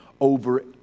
over